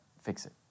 fix-it